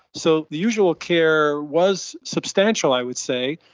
so the usual care was substantial, i would say,